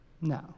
No